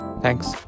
Thanks